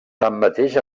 tanmateix